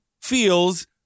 feels